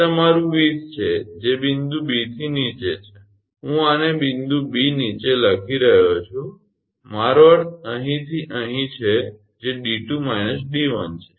તે તમારું 20 છે જે બિંદુ 𝐵 થી નીચે છે હું આને બિંદુ 𝐵 નીચે લખી રહ્યો છું મારો અર્થ અહીંથી અહીં છે જે 𝑑2 − 𝑑1 છે